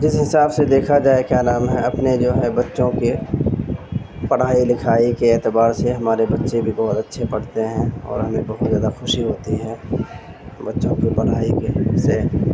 جس حساب سے دیکھا جائے کیا نام ہے اپنے جو ہے بچوں کے پڑھائی لکھائی کے اعتبار سے ہمارے بچے بھی بہت اچھے پڑھتے ہیں اور ہمیں بہت زیادہ خوشی ہوتی ہے بچوں کی پڑھائی کے سے